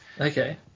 Okay